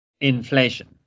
inflation